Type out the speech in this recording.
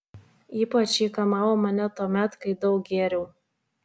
ypač ji kamavo mane tuomet kai daug gėriau